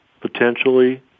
potentially